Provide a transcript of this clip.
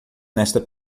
nesta